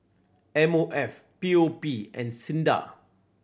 M O F P O P and SINDA